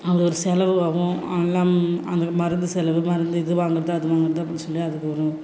அது ஒரு செலவு ஆகும் எல்லாம் அந்த மருந்து செலவு மருந்து இது வாங்கிறது அது வாங்கிறது அப்படின் சொல்லி அது வரும்